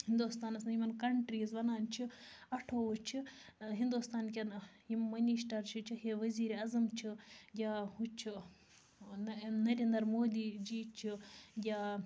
ہِنٛدوستانَس منٛز یِمَن کَنٛٹریٖز وَنان چھِ اَٹھووُہ چھِ ہِنٛدوستان کیٚن یِم مٔنِشٹَر چھِ چاہے ؤزیٖرِ عظم چھِ یا ہُہ چھِ نہ نَریندر مودی جی چھِ یا